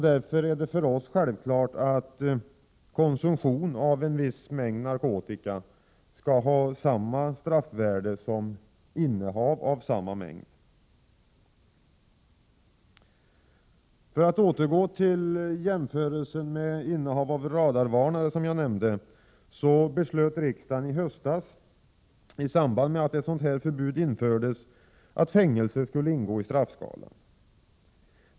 Därför är det för oss självklart att konsumtion av en viss mängd narkotika skall ha samma straffvärde som innehav av samma mängd. För att återgå till jämförelsen med innehav av radarvarnare vill jag erinra om att riksdagen i höstas, i samband med att förbud mot innehav av radarvarnare infördes, beslöt att fängelse skall ingå i straffskalan.